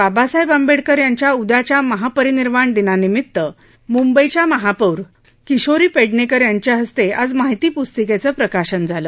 बाबासाहेब आंबेडकर यांच्या उदयाच्या महापरिनिर्वाण दिनानिमित्त मुंबईच्या महापौर किशोरी पेडणेकर यांच्या हस्ते आज माहिती पृस्तिकेचं प्रकाशन झालं